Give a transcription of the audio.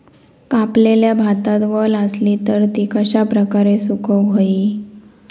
कापलेल्या भातात वल आसली तर ती कश्या प्रकारे सुकौक होई?